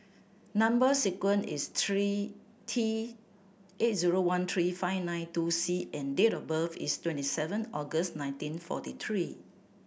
number sequence is three T eight zero one three five nine two C and date of birth is twenty seven August nineteen forty three